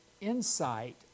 insight